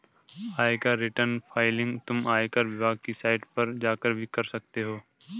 आयकर return filing तुम आयकर विभाग की साइट पर जाकर भी कर सकते हो